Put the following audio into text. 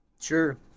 Sure